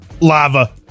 Lava